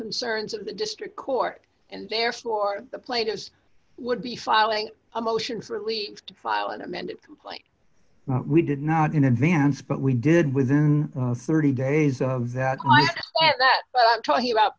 concerns of the district court and therefore the platers would be filing a motion for leave to file an amended complaint we did not in advance but we did within thirty days of that i'm talking about